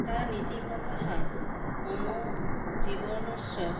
ताः नीतिकथाः मम जीवनस्य